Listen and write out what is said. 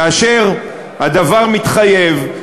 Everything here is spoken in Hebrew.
כאשר הדבר מתחייב.